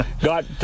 got